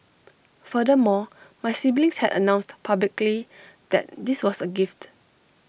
furthermore my siblings had announced publicly that this was A gift